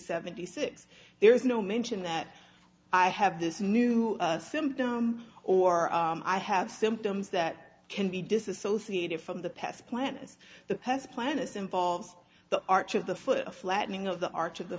seventy six there is no mention that i have this new symptom or i have symptoms that can be disassociated from the past planets the planets involved the arch of the foot a flattening of the arch of the